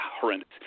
horrendous